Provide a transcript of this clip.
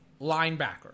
linebacker